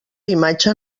imatge